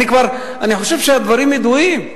אני חושב שהדברים ידועים.